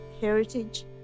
heritage